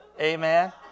Amen